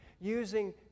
using